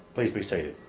please be seated.